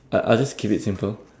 I'll I'll just keep it simple